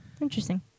Interesting